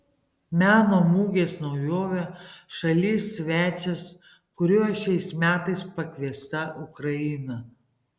meno mugės naujovė šalis svečias kuriuo šiais metais pakviesta ukraina